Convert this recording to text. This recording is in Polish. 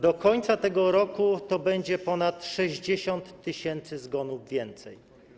Do końca tego roku to będzie ponad 60 tys. zgonów więcej.